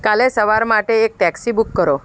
કાલે સવાર માટે એક ટેક્સી બુક કરો